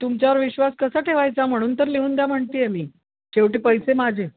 तुमच्यावर विश्वास कसा ठेवायचा म्हणून तर लिहून द्या म्हणते आहे मी शेवटी पैसे माझे